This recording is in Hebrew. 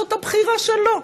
זאת הבחירה שלו.